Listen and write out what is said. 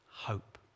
Hope